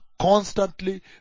constantly